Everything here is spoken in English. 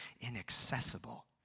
inaccessible